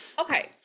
okay